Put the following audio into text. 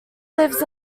lives